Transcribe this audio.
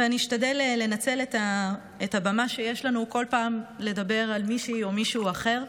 ואני אשתדל לנצל את הבמה שיש לנו כל פעם לדבר על מישהי או מישהו אחר,